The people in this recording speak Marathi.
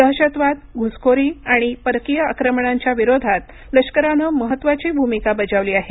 दहशतवाद घुसखोरी आणि परकीय आक्रमणांच्या विरोधात लष्करानं महत्त्वाची भूमिका बजावली आहे